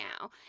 now